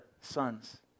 sons